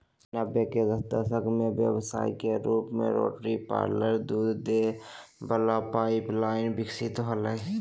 नब्बे के दशक में व्यवसाय के रूप में रोटरी पार्लर दूध दे वला पाइप लाइन विकसित होलय